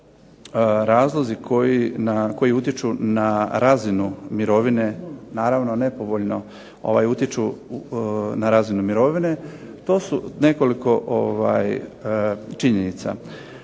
razlozi koji utječu na razinu mirovine, naravno nepovoljno utječu na razinu mirovine. To su nekoliko činjenica.